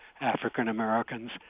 African-Americans